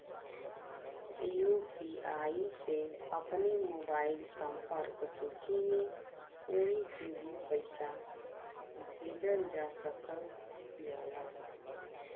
UPI से अपने mobile संपर्क सूची में कोई के भी पइसा भेजल जा सकल जाला